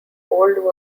old